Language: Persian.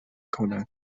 کند